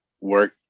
work